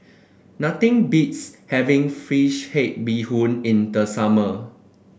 nothing beats having fish head Bee Hoon in the summer